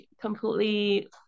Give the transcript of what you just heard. completely